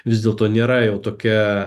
vis dėlto nėra jau tokia